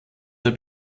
der